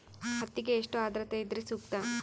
ಹತ್ತಿಗೆ ಎಷ್ಟು ಆದ್ರತೆ ಇದ್ರೆ ಸೂಕ್ತ?